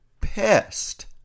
pissed